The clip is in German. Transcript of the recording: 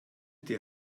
die